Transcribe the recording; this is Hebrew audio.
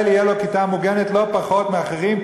תהיה לו כיתה מוגנת לא פחות מלאחרים,